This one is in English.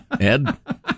Ed